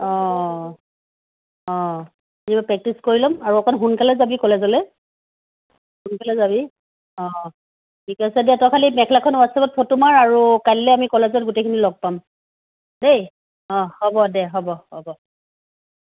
অঁ অঁ প্ৰেক্টিচ কৰি ল'ম আৰু অকণ সোনকালে যাবি কলেজলৈ সোনকালে যাবি অঁ ঠিক আছে দে তই খালি মেখেলাখন হোৱাটছাপত ফটো মাৰ আৰু কাইলৈ আমি কলেজত গোটেইখিনি লগ পাম দেই অঁ হ'ব দে হ'ব হ'ব